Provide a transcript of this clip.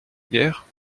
guerre